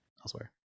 elsewhere